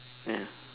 ya